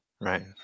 right